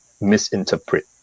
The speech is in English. misinterpret